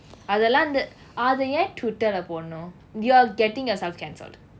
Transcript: அதெல்லாம் வந்து அது ஏன்:athellam vanthu athu aen twitter இல்ல போடணும்:illa podanum you are getting yourself cancelled